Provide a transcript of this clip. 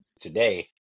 today